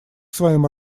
своим